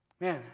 Man